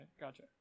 gotcha